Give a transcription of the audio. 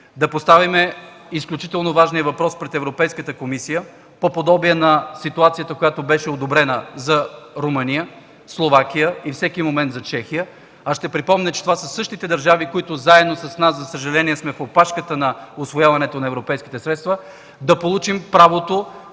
да поставим изключително важния въпрос пред Европейската комисия по подобие на ситуацията, която беше одобрена за Румъния, Словакия и всеки момент за Чехия, ще припомня, че това са същите държави, които заедно с нас – за съжаление сме на опашката на усвояването на европейските средства, да получим правото